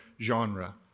genre